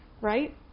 right